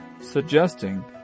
suggesting